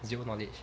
zero knowledge